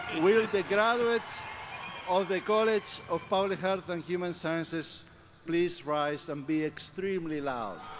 will the graduates of the college of public health and human sciences please rise. and be extremely loud.